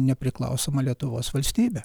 nepriklausoma lietuvos valstybė